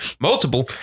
multiple